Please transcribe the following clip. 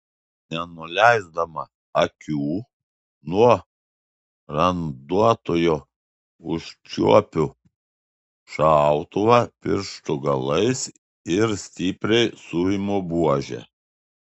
nenuleisdama akių nuo randuotojo užčiuopiu šautuvą pirštų galais ir stipriai suimu buožę